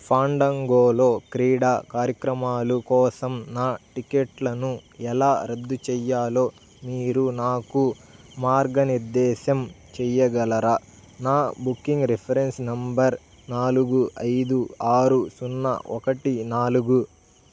ఫాండంగోలో క్రీడా కార్యక్రమాలు కోసం నా టిక్కెట్లను ఎలా రద్దు చేయాలో మీరు నాకు మార్గనిర్దేశం చేయగలరా నా బుకింగ్ రిఫరెన్స్ నంబర్ నాలుగు ఐదు ఆరు సున్నా ఒకటి నాలుగు